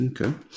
Okay